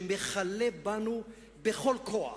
שמכלה בנו בכל כוח,